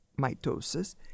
mitosis